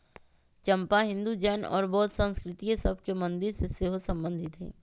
चंपा हिंदू, जैन और बौद्ध संस्कृतिय सभ के मंदिर से सेहो सम्बन्धित हइ